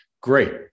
great